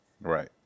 Right